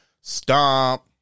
Stomp